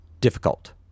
difficult